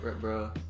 bro